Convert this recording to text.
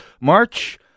March